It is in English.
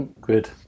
Good